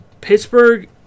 Pittsburgh